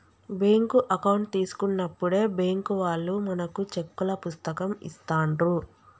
bank account తీసుకున్నప్పుడే bank వాళ్ళు మనకు చెక్కుల పుస్తకం ఇస్తాండ్రు